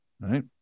Right